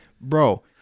Bro